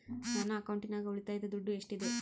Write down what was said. ನನ್ನ ಅಕೌಂಟಿನಾಗ ಉಳಿತಾಯದ ದುಡ್ಡು ಎಷ್ಟಿದೆ?